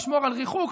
לשמור על ריחוק,